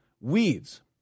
weeds